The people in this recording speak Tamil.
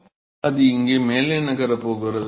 மாணவர் அது இங்கே மேலே நகரப் போகிறது